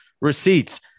receipts